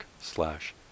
slash